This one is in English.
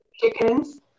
chickens